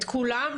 את כולם,